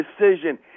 decision